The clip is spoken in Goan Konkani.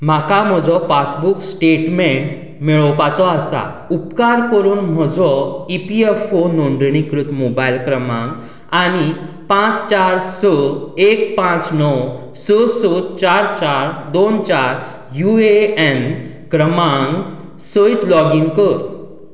म्हाका म्हजो पासबूक स्टेटमेंट मेळोवपाचो आसा उपकार करून म्हजो ईपीएफओ नोंदणीकृत मोबायल क्रमांक आनी पांच चार स एक पांच णव स स चार चार दोन चार युएएन क्रमांक सयत लॉगीन कर